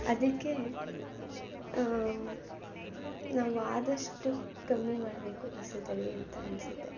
ಅದಕ್ಕೆ ನಾವು ಆದಷ್ಟು ಕಮ್ಮಿ ಮಾಡಬೇಕು ಕಸದಲ್ಲಿ ಅಂತ ಅನಿಸುತ್ತೆ